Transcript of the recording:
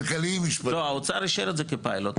לדעתי זה לא נעשה.